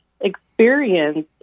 experience